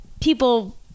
People